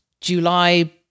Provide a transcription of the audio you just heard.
July